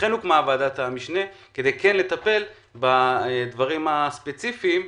לכן הוקמה ועדת המשנה, כדי לטפל בדברים הספציפיים.